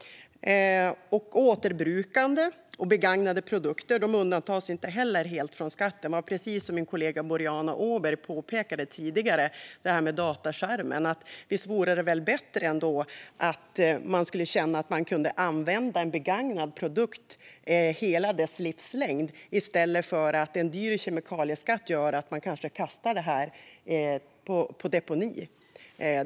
Återbrukade och begagnade produkter undantas inte heller helt från skatten. Precis som min kollega Boriana Åberg påpekade om den här datorskärmen vore det väl bättre att känna att man kunde använda en begagnad produkt hela dess livslängd än att en dyr kemikalieskatt gör att man kastar den i deponi.